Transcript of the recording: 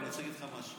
אני רוצה להגיד לך משהו,